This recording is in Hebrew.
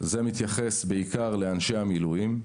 מתייחס בעיקר לאנשי המילואים.